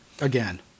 Again